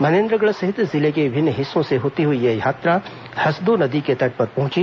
मनेन्द्रगढ़ सहित जिले के विभिन्न हिस्सों से होती हुई यह यात्रा हसदो नदी के तट पर पहुंची